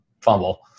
fumble